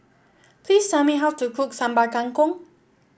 please tell me how to cook Sambal Kangkong